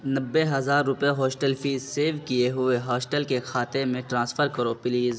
نوے ہزار روپیے ہاسٹل فیس سیو کیے ہوئے ہاسٹل کے کھاتے میں ٹرانسفر کرو پلیز